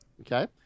Okay